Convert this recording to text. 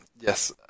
Yes